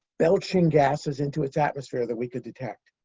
belching gases into its atmosphere that we could detect.